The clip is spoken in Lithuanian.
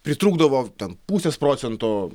pritrūkdavo ten pusės procento